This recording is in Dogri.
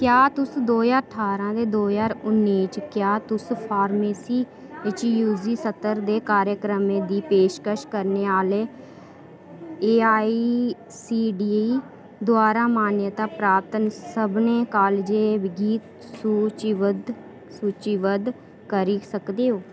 क्या तुस दो ज्हार ठारां ते दो ज्हार उन्नी च क्या तुस फार्मेसी च यू जी स्तर दे कार्यक्रमें दी पेशकश करने आह्ले A I C T E द्वारा मान्यता प्राप्त सभनें कालजें गी सूची बद्ध सूचीबद्ध करी सकदे ओ